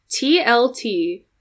TLT